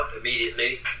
immediately